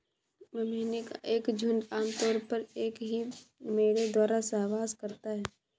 मेमने का एक झुंड आम तौर पर एक ही मेढ़े द्वारा सहवास करता है